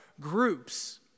groups